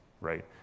right